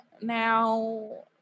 now